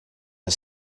the